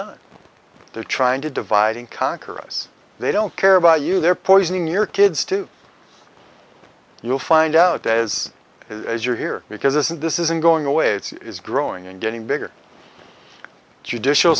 on they're trying to divide and conquer us they don't care about you they're poisoning your kids too you'll find out as it is you're here because this is this isn't going away it's growing and getting bigger judicial